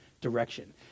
direction